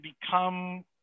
become